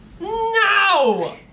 No